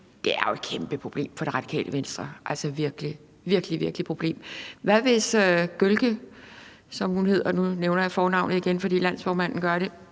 det er jo et kæmpeproblem for Radikale Venstre – virkelig et stort problem. Hvad hvis Gökce, som hun hedder – nu nævner jeg kun den del af navnet igen, fordi landsformanden gør det